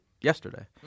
yesterday